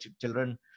children